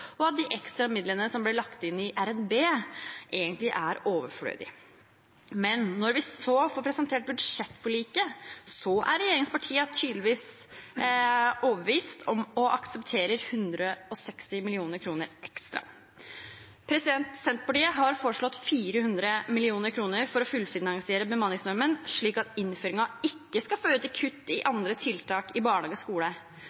og at de ekstra midlene som ble lagt inn i RNB, egentlig er overflødige. Men da vi fikk presentert budsjettforliket, var regjeringspartiene tydeligvis overbevist og aksepterte 160 mill. kr ekstra. Senterpartiet har foreslått 400 mill. kr for å fullfinansiere bemanningsnormen, slik at innføringen ikke skal føre til kutt i andre tiltak i barnehage og skole.